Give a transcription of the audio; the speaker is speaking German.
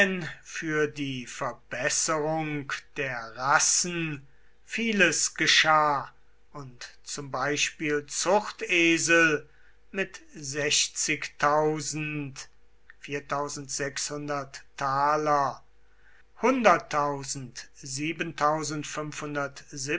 für die verbesserung der rassen vieles geschah und zum beispiel zuchtesel mit